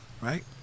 Right